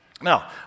Now